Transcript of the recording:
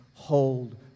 hold